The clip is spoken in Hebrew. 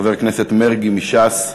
חבר הכנסת מרגי מש"ס.